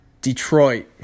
Detroit